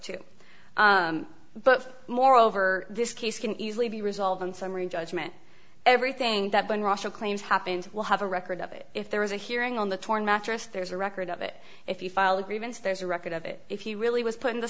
to but moreover this case can easily be resolved in summary judgment everything that when russia claims happened will have a record of it if there is a hearing on the torn mattress there's a record of it if you file a grievance there's a record of it if he really was put into